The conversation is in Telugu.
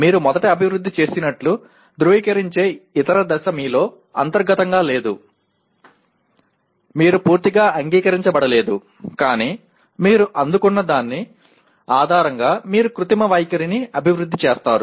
మీరు మొదట అభివృద్ధి చేసినట్లు ధృవీకరించే ఇతర దశ మీలో అంతర్గతంగా లేదు మీరు పూర్తిగా అంగీకరించబడలేదు కానీ మీరు అందుకున్న దాని ఆధారంగా మీరు కృత్రిమ వైఖరిని అభివృద్ధి చేస్తారు